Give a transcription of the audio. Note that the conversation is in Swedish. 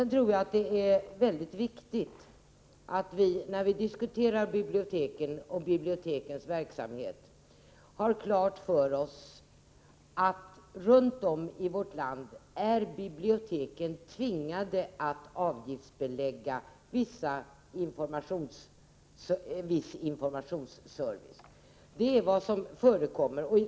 Jag tror att det är mycket viktigt att vi, när vi diskuterar biblioteken och bibliotekens verksamhet, har klart för oss att biblioteken runt om i vårt land är tvingade att avgiftsbelägga viss informationsservice. Det är vad som förekommer.